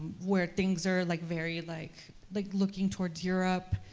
where things are like very, like like, looking towards europe,